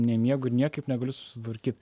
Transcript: nemiegu ir niekaip negaliu susitvarkyt